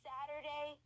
Saturday